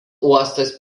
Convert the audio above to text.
uostas